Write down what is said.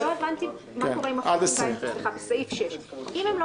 עד 20. אני לא הבנתי מה קורה --- סעיף 6. אם הם לא